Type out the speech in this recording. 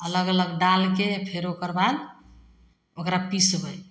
अलग अलग डालिके फेर ओकर बाद ओकरा पिसबै